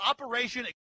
Operation